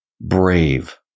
brave